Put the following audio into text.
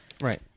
right